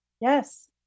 Yes